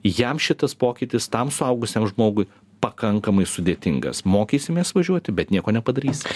jam šitas pokytis tam suaugusiam žmogui pakankamai sudėtingas mokysimės važiuoti bet nieko nepadarysi